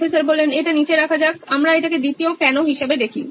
professor এটা এর নীচে রাখা যাক আমরা এটিকে দ্বিতীয় কেনো হিসাবে দেখি